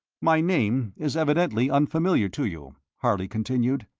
my name is evidently unfamiliar to you, harley continued.